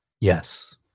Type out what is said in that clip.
Yes